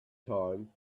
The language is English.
time